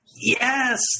Yes